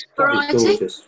variety